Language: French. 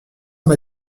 m’a